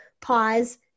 pause